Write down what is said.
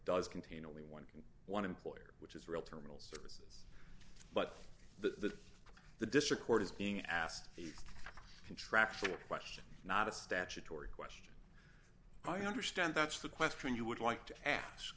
does contain only one can one employer which is real terminals but the the district court is being asked the contractual question not a statutory question i understand that's the question you would like to ask